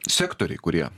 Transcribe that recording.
sektoriai kurie